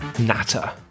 Natter